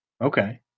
Okay